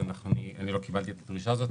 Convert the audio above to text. אני לא קיבלתי את הדרישה הזאת,